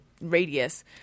radius